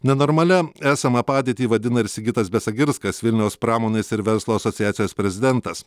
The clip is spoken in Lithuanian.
nenormalia esamą padėtį vadina ir sigitas besagirskas vilniaus pramonės ir verslo asociacijos prezidentas